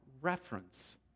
reference